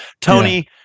Tony